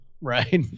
right